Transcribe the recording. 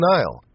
Nile